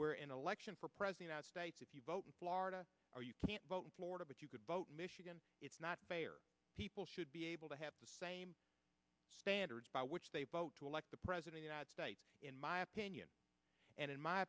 where an election for president of states if you vote in florida or you can't vote in florida but you could vote in michigan it's not fair people should be able to have the same standards by which they vote to elect the president united states in my opinion and in my